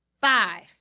Five